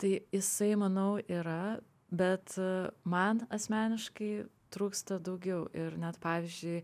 tai jisai manau yra bet man asmeniškai trūksta daugiau ir net pavyzdžiui